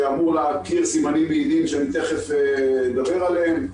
שאמור להכיר סימנים מעידים שמיד אדבר עליהם,